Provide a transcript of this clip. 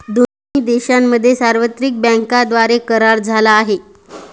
दोन्ही देशांमध्ये सार्वत्रिक बँकांद्वारे करार झाला आहे